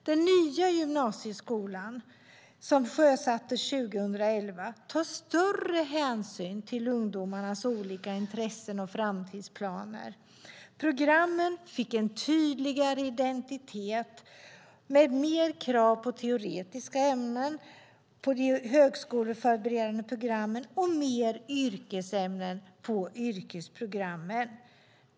Den nya gymnasieskolan, som sjösattes hösten 2011, tar större hänsyn till ungdomarnas olika intressen och framtidsplaner. Programmen fick en tydligare identitet, med mer krav på teoretiska ämnen på de högskoleförberedande programmen och mer yrkesämnen på yrkesprogrammen.